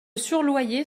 surloyer